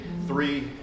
Three